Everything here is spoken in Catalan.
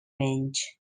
menys